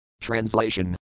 Translation